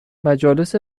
مجالس